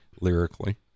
lyrically